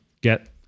get